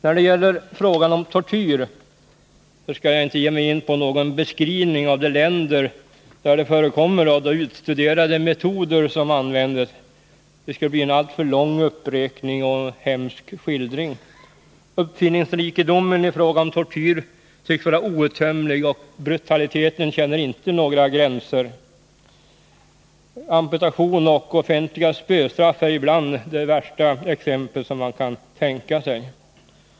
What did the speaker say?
När det gäller frågan om tortyr skall jag inte ge mig in på någon beskrivning av de länder där det förekommer och de utstuderade metoder som används. Det skulle bli en alltför lång uppräkning och hemsk skildring. Uppfinningsrikedomen i fråga om tortyr tycks vara outtömlig, och brutaliteten känner inte några gränser. Amputation och offentliga spöstraff tillhör de värsta tänkbara formerna för tortyren.